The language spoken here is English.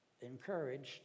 encouraged